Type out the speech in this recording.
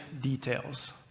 details